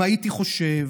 אם הייתי חושב